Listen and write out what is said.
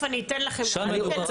יש